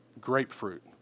Grapefruit